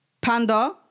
panda